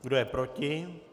Kdo je proti?